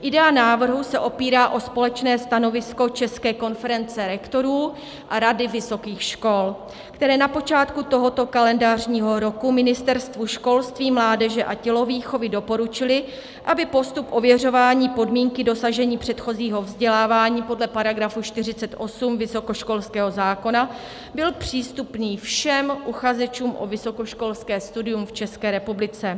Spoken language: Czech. Idea návrhu se opírá o společné stanovisko České konference rektorů a Rady vysokých škol, které na počátku tohoto kalendářního roku Ministerstvu školství, mládeže a tělovýchovy doporučily, aby postup ověřování podmínky dosažení předchozího vzdělávání podle § 48 vysokoškolského zákona byl přístupný všem uchazečům o vysokoškolské studium v České republice.